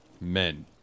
men